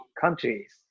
countries